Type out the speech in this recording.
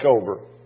over